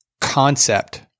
concept